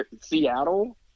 Seattle